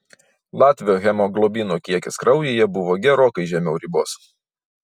latvio hemoglobino kiekis kraujyje buvo gerokai žemiau ribos